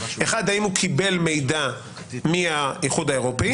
אחד האם הוא קיבל מידע מהאיחוד האירופי?